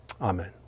Amen